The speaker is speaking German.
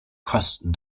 kosten